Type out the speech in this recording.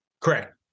Correct